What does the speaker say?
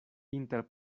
inter